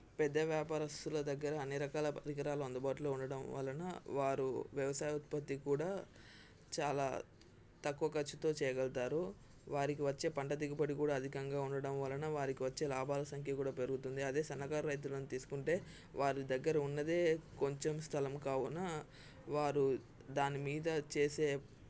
పెద్ద వ్యాపారస్తుల దగ్గర అన్ని రకాల పరికరాలు అందుబాటులో ఉండటం వలన వారు వ్యవసాయ ఉత్పత్తి కూడా చాలా తక్కువ ఖర్చుతో చేయగలుగుతారు వారికి వచ్చే పంట దిగుబడి కూడా అధికంగా ఉండటం వలన వారికి వచ్చే లాభాల సంఖ్య కూడా పెరుగుతుంది అదే సన్నకారు రైతులను తీసుకుంటే వారి దగ్గర ఉన్నదే కొంచెం స్థలం కావున వారు దానిమీద చేసే